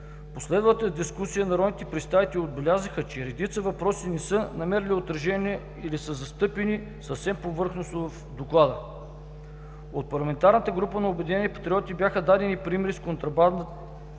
последвалата дискусия народните представители отбелязаха, че редица въпроси не са намерили отражение или са застъпени съвсем повърхностно в доклада. От парламентарната група на „Обединените патриоти“ бяха дадени примери с контрабандата